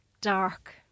dark